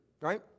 right